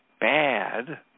bad